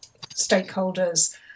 stakeholders